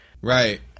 Right